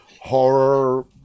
horror